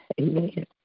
Amen